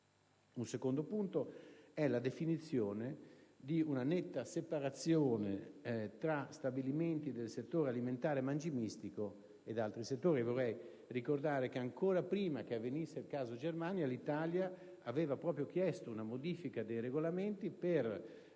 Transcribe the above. Il secondo punto è la definizione di una netta separazione tra stabilimenti del settore alimentare e mangimistico da altri settori. Vorrei ricordare che, ancora prima che avvenisse il caso Germania, l'Italia aveva chiesto una modifica dei regolamenti